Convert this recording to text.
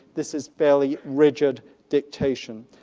this is fairly rigid dictation.